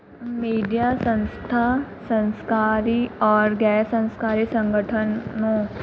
media संस्था सरकारी और गैर सरकारी संगठनों